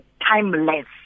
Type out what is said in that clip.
timeless